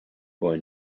boy